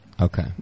okay